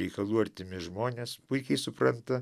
reikalų artimi žmonės puikiai supranta